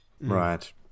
Right